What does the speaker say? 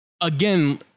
again—